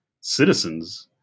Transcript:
citizens